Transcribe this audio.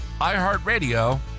iHeartRadio